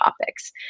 topics